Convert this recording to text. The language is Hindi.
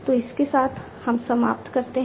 तो इस के साथ हम समाप्त करते हैं